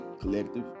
collective